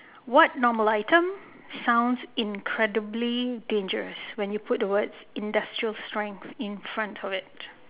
what normal item sounds incredibly dangerous when you put words industrial strength in front of it